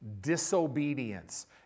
disobedience